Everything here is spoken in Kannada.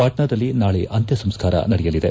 ಪಾಟ್ನಾದಲ್ಲಿ ನಾಳೆ ಅಂತ್ಯಸಂಸ್ನಾರ ನಡೆಯಲಿದೆ